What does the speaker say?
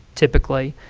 typically.